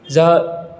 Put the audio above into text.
जा